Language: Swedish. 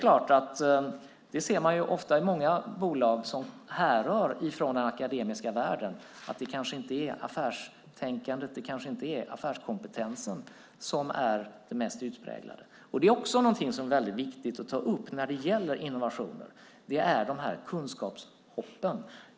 Man ser ofta i bolag som härrör från den akademiska världen att det kanske inte är affärstänkandet och affärskompetensen som är det mest utpräglade. När det gäller innovationer är det viktigt att ta upp kunskapshoppen.